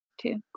Two